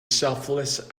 selfless